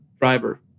driver